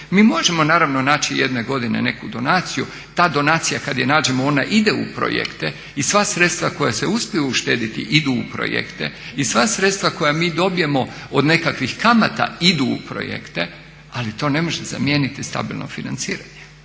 Mi možemo naravno naći jedne godine neku donaciju, ta donacija kada je nađemo ona ide u projekte i sva sredstva koja se uspiju uštediti idu u projekte i sva sredstva koja mi dobijemo od nekakvih kamata idu u projekte, ali ne može zamijeniti stabilno financiranje.